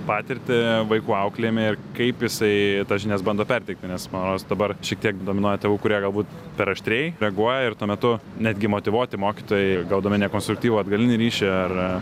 patirtį vaikų auklėjime ir kaip jisai tas žinias bando perteikti nes man rodos dabar šietiek dominuoja tėvų kurie galbūt per aštriai reaguoja ir tuo metu netgi motyvuoti mokytojai gaudami nekonstruktyvų atgalinį ryšį ar